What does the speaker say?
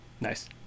Nice